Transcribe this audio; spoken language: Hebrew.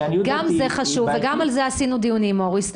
גם זה חשוב, וגם על זה עשינו דיונים, מוריס.